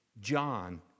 John